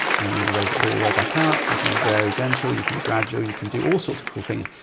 and i'm going to raise way back up. you can be very gentle, you can be gradual. you can do all sorts of cool things.